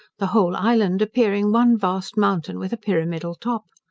the whole island appearing one vast mountain with a pyramidal top.